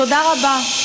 תודה רבה.